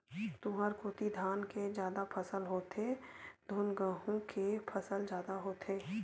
तुँहर कोती धान के जादा फसल होथे धुन गहूँ के फसल जादा होथे?